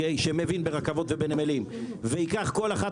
שמבין ברכבות ובנמלים וייקח כל אחת